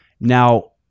Now